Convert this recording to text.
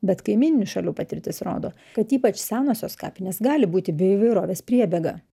bet kaimyninių šalių patirtis rodo kad ypač senosios kapinės gali būti bioįvairovės priebėga